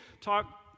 talk